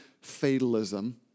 fatalism